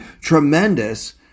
tremendous